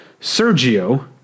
Sergio